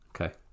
Okay